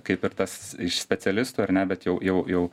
kaip ir tas iš specialistų ar ne bet jau jau